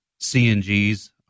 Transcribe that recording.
CNGs